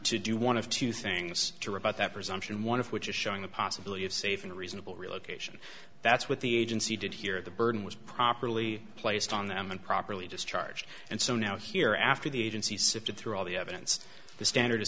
to do one of two things to rebut that presumption one of which is showing the possibility of safe and reasonable relocation that's what the agency did here at the burden was properly placed on them and properly just charged and so now here after the agency sifted through all the evidence the standard is